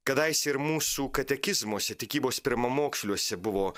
kadaise ir mūsų katekizmuose tikybos pirmamoksliuose buvo